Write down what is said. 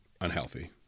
Unhealthy